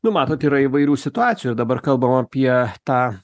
nu matot yra įvairių situacijų ir dabar kalbam apie tą